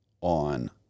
on